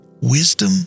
wisdom